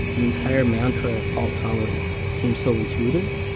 the entire mantra of fault tolerance seems so intuitive.